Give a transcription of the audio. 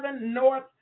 North